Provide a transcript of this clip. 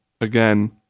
again